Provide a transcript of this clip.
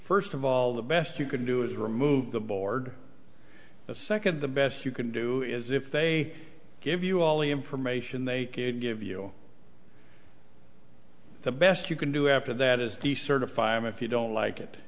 first of all the best you could do is remove the board the second the best you can do is if they give you all the information they give you the best you can do after that is the certify and if you don't like it